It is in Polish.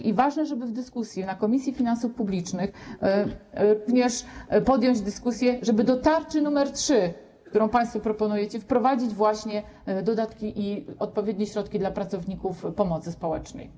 I ważne, żeby na posiedzeniu Komisji Finansów Publicznych również podjąć dyskusję, żeby do tarczy nr 3, którą państwo proponujecie, wprowadzić dodatki i odpowiednie środki dla pracowników pomocy społecznej.